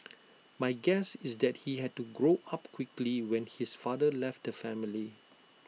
my guess is that he had to grow up quickly when his father left the family